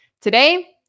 Today